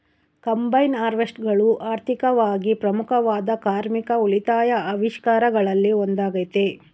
combine ಹಾರ್ವೆಸ್ಟರ್ಗಳು ಆರ್ಥಿಕವಾಗಿ ಪ್ರಮುಖವಾದ ಕಾರ್ಮಿಕ ಉಳಿತಾಯ ಆವಿಷ್ಕಾರಗಳಲ್ಲಿ ಒಂದಾಗತೆ